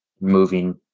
moving